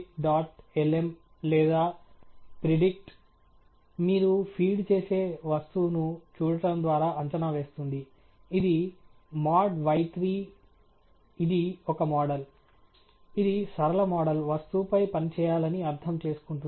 lm లేదా predict మీరు feed చేసే వస్తువును చూడటం ద్వారా అంచనా వేస్తుంది ఇది mody3 ఇది ఒక మోడల్ ఇది సరళ మోడల్ వస్తువుపై పనిచేయాలని అర్థం చేసుకుంటుంది